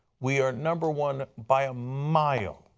we are number one by a mile.